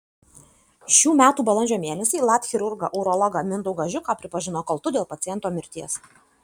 šių metų balandžio mėnesį lat chirurgą urologą mindaugą žiuką pripažino kaltu dėl paciento mirties